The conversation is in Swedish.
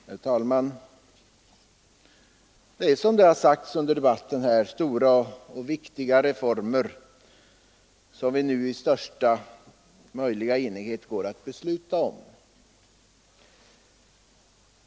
Herr talman! Som det har sagts under debatten är det stora och viktiga reformer som vi nu i största möjliga enighet går att besluta om.